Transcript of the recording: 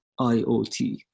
IoT